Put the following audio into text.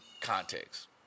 context